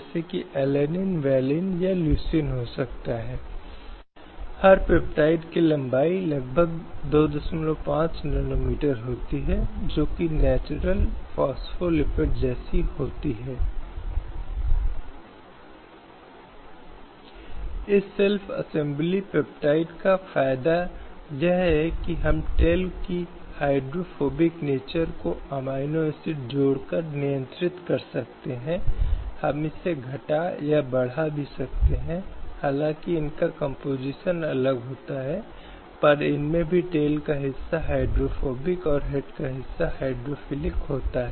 पहला एक अभिव्यक्ति है जो दुनिया भर में सभी लिखित संविधानों में पाया जाता है यह एक नकारात्मक अवधारणा का एक प्रकार है जो व्यक्तियों के पक्ष में किसी विशेष विशेषाधिकार की अनुपस्थिति को लागू करता है अन्य कानूनों का समान संरक्षण एक सकारात्मक अवधारणा है जिसका तात्पर्य है समान परिस्थितियों में उपचार की समानता